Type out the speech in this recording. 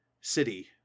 city